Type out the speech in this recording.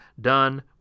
done